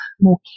more